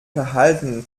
verhalten